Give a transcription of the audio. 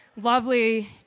lovely